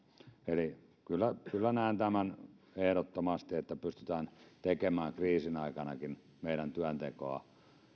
eli kyllä näen ehdottomasti niin että me pystymme tekemään kriisin aikanakin meidän työtämme